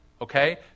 okay